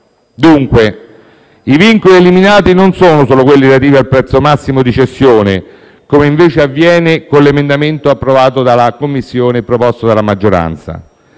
Dunque, i vincoli eliminati non sono solo quelli relativi al prezzo massimo di cessione, come invece avviene con l'emendamento approvato dalla Commissione e proposto dalla maggioranza.